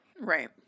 right